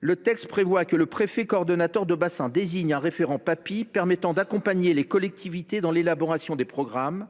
le texte prévoit que le préfet coordonnateur de bassin désigne un référent Papi qui accompagnera les collectivités dans l’élaboration des programmes,